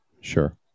Sure